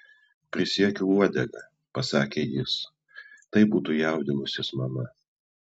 prisiekiu uodega pasakė jis tai būtų jaudinusis mama